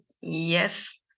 Yes